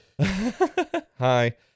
hi